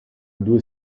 due